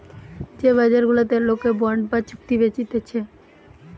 যে বাজার গুলাতে লোকে বন্ড বা চুক্তি বেচতিছে